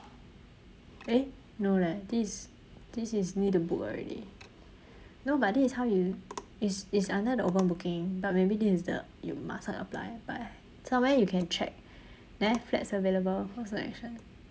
eh no leh this is this is need to book already no but this is how you it's it's under the open booking but maybe this is the you musn't apply but somewhere you can check there flats available for selection